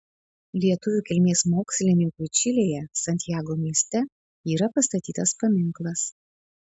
lietuvių kilmės mokslininkui čilėje santjago mieste yra pastatytas paminklas